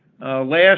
Last